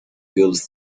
build